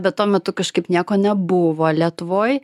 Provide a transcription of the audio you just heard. bet tuo metu kažkaip nieko nebuvo lietuvoj